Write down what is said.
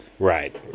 Right